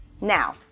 Now